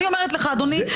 אני אומרת לך אדוני,